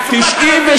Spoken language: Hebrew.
תעסוקת ערבים?